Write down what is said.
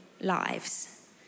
lives